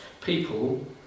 people